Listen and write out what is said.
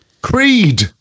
Creed